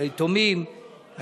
ליתומים,